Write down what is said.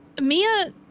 Mia